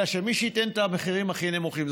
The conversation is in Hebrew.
אלא מי שייתן את המחירים הכי נמוכים.